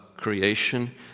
Creation